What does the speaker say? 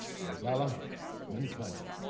the awpahla the munikhanja.